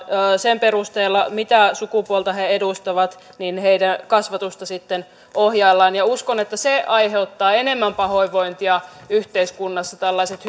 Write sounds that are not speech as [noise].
sen perusteella mitä sukupuolta he edustavat heidän kasvatustaan sitten ohjaillaan ja uskon että enemmän pahoinvointia yhteiskunnassa aiheuttavat tällaiset [unintelligible]